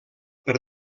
per